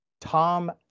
Tom